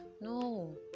No